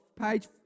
Page